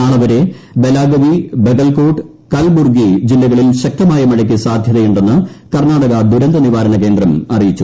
നാളെ വരെ ബലാഗ വി ബഗൽകോട്ട് കലബുർഗി ജില്ലകളിൽ ശക്തമായ മഴയ്ക്ക് സാധൃതയുണ്ടെന്ന് കർണ്ണാടക ദുരന്ത നിവാരണ കേന്ദ്രം അറിയി ച്ചു